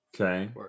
Okay